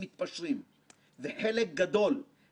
תודה רבה גם לצוות המקצועי של ועדת הכלכלה